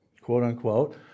quote-unquote